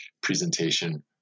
presentation